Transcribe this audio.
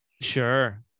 Sure